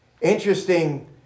Interesting